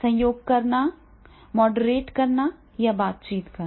सहयोग करना मॉडरेट करना और बातचीत करना